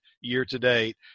year-to-date